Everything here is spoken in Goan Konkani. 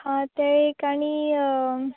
हा तें एक आनी